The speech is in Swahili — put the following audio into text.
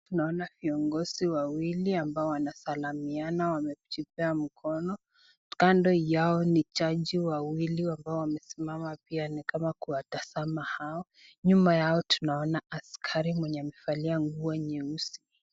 Tunaona viongozi wawili ambao wanasalamiana wamejipea mkono. Kando yao ni jaji wawili ambao wamesimama pia ni kama kuwatazama hao. Nyuma yao tunaona askari mwenye amevalia nguo nyeusi.